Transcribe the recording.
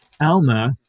Alma